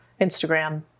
Instagram